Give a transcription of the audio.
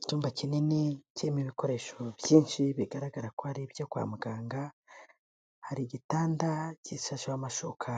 Icyumba kinini kirimo ibikoresho byinshi bigaragara ko ari ibyo kwa muganga, hari igitanda gishasheho amashuka